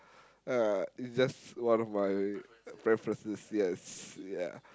uh it's just one of my preferences yes ya